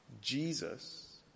Jesus